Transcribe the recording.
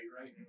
right